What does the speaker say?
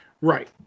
Right